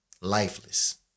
lifeless